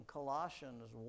Colossians